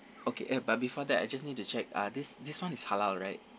okay eh but before that I just need to check uh this this [one] is halal right